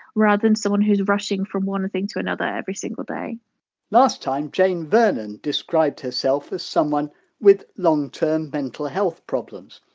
rather than someone who's rushing from one thing to another every single day last time, jane vernon described herself as someone with long-term mental health problems.